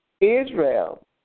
Israel